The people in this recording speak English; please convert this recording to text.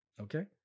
Okay